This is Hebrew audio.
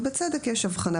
ובצדק יש הבחנה.